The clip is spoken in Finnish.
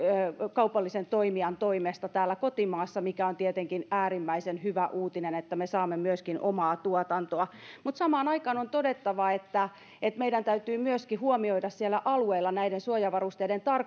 kaupallisen toimijan toimesta täällä kotimaassa ja se on tietenkin äärimmäisen hyvä uutinen että me saamme myöskin omaa tuotantoa mutta samaan aikaan on todettava että että meidän täytyy myöskin huomioida siellä alueilla näiden suojavarusteiden